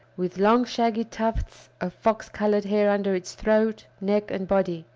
with long shaggy tufts of fox-colored hair under its throat, neck, and body,